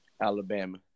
Alabama